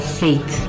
faith